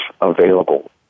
available